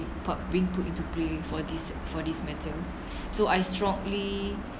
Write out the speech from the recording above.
par~ being put into play for this for this matter so I strongly